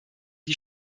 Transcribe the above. die